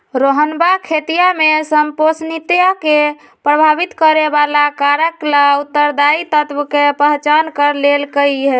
रोहनवा खेतीया में संपोषणीयता के प्रभावित करे वाला कारक ला उत्तरदायी तत्व के पहचान कर लेल कई है